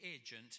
agent